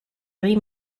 three